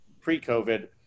pre-covid